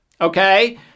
Okay